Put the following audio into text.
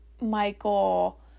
Michael